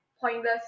Pointless